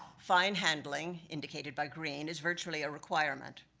fine handling, indicated by green, is virtually a requirement.